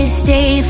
stay